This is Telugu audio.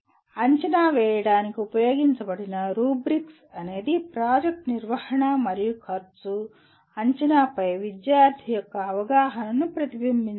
అంచనా వేయడానికి ఉపయోగించబడిన రూబిక్స్ అనేది ప్రాజెక్ట్ నిర్వహణ మరియు ఖర్చు అంచనాపై విద్యార్థి యొక్క అవగాహనను ప్రతిబింబించాలి